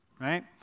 right